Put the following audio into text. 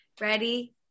Ready